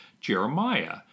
Jeremiah